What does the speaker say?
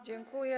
Dziękuję.